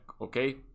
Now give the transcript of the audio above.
okay